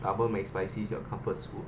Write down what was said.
double mac spicy is your comfort food